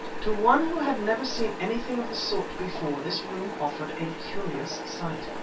to one who had never seen anything of the sort before, this room offered a curious sight.